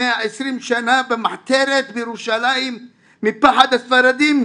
120 שנה במחתרת בירושלים מפחד הספרדים,